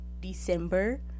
December